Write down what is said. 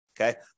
Okay